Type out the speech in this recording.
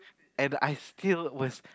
and I still was